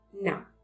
now